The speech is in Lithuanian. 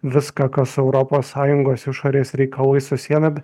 viską kas europos sąjungos išorės reikalai su siena bet